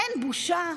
אין בושה?